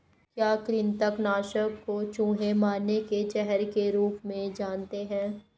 क्या कृतंक नाशक को चूहे मारने के जहर के रूप में जानते हैं?